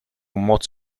moc